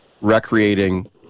recreating